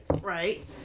Right